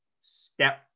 step